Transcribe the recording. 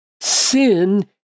Sin